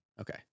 Okay